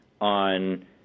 on